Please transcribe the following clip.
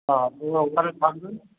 আপনিও ওখানে থাকবেন